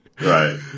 Right